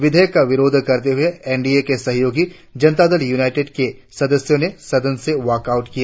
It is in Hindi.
विधेयक का विरोध करते हुए एनडीए के सहयोगी जनता दल यूनाईटेड के सदस्यों ने सदन से वॉकआऊट किया